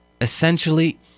essentially